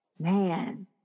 Man